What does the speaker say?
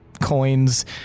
coins